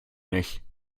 nicht